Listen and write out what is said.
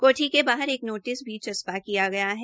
कोठी के बाहर एक नोटिस भी चसपा किया गया है